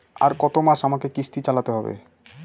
আর কতমাস আমাকে কিস্তি চালাতে হবে?